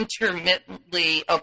intermittently